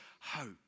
hope